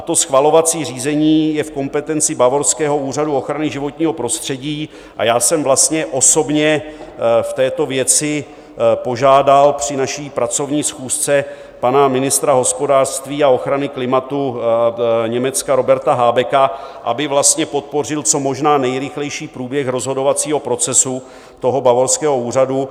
To schvalovací řízení je v kompetenci bavorského úřadu ochrany životního prostředí a já jsem vlastně osobně v této věci požádal při naší pracovní schůzce pana ministra hospodářství a ochrany klimatu Německa Roberta Habecka, aby podpořil co možná nejrychlejší průběh rozhodovacího procesu bavorského úřadu.